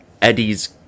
Eddie's